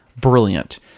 brilliant